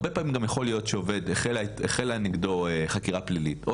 הרבה פעמים גם יכול להיות שהחלה חקירה פלילית נגד עובד,